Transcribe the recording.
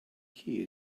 key